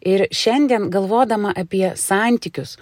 ir šiandien galvodama apie santykius